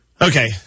Okay